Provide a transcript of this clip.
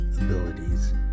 abilities